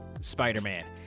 spider-man